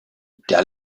der